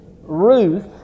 Ruth